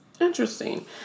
Interesting